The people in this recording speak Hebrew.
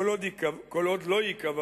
כל עוד לא ייקבע